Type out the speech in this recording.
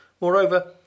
Moreover